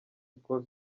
skol